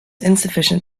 insufficient